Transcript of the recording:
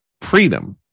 freedom